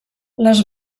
les